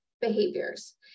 behaviors